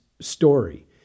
story